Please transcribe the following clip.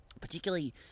particularly